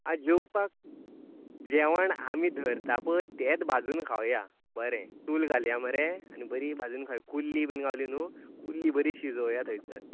आं जेवपाक जेवण आमी धरता पळय तेंच भाजून खावया बरें चूल घालया मरे आमी बरी भाजून खाव कुल्ली बीन गावली न्हू कुल्ली बरी शिजोवया थंयसर